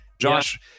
Josh